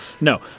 No